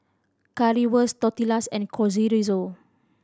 Currywurst Tortillas and Chorizo